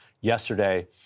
yesterday